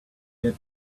get